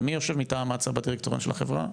מי יושב מטעם הצ"ע בדירקטוריון של החברה?